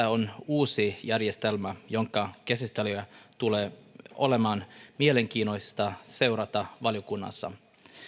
on uusi järjestelmä jonka käsittelyä tulee olemaan mielenkiintoista seurata valiokunnassa